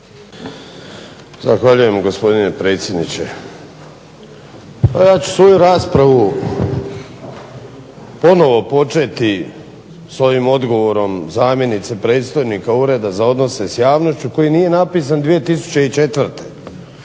Zahvaljujem gospodine potpredsjedniče. Pa ja ću svoju raspravu ponovno početi sa ovim odgovorom zamjenice predstojnika Ureda za odnose sa javnošću koji nije napisan 2004.